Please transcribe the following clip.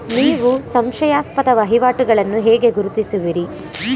ನೀವು ಸಂಶಯಾಸ್ಪದ ವಹಿವಾಟುಗಳನ್ನು ಹೇಗೆ ಗುರುತಿಸುವಿರಿ?